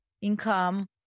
income